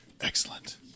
Excellent